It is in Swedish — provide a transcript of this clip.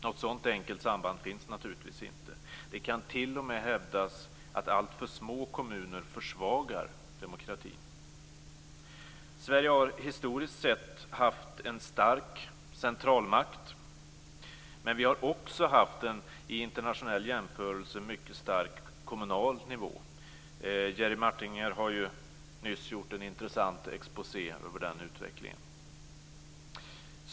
Något sådant enkelt samband finns naturligtvis inte. Det kan t.o.m. hävdas att alltför små kommuner försvagar demokratin. Sverige har historiskt sett haft en stark centralmakt. Men vi har också haft en i internationell jämförelse mycket stark kommunal nivå. Jerry Martinger har nyss gjort en intressant exposé över den utvecklingen.